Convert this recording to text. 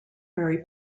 very